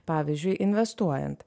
pavyzdžiui investuojant